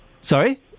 Sorry